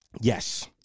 Yes